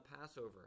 Passover